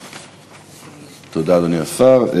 תודה, אדוני השר.